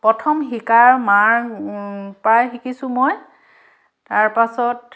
প্ৰথম শিকাৰ মাৰ পৰাই শিকিছোঁ মই তাৰ পাছত